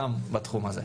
גם בתחום הזה.